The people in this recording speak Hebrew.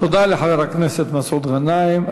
תודה לחבר הכנסת מסעוד גנאים.